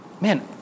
man